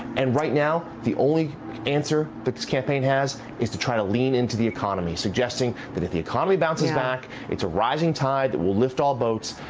and right now, the only answer but this campaign has is to try to lean into the economy, suggesting that if the economy bounces back, it's a rising tide that will lift all boats.